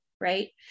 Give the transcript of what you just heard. Right